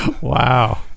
Wow